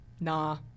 nah